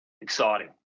exciting